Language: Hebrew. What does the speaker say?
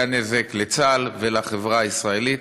היה נזק לצה"ל ולחברה הישראלית,